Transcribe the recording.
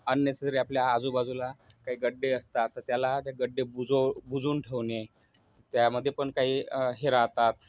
unnecessary आपल्या आजूबाजूला काही गड्डे असतात तर त्याला ते गड्डे बुजव बुजवून ठेवणे त्यामध्ये पण काही हे राहतात